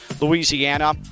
Louisiana